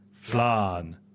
Flan